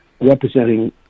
representing